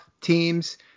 teams